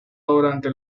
durante